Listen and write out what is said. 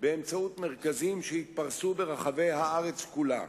באמצעות מרכזים שיתפרסו ברחבי הארץ כולה,